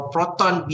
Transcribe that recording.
Proton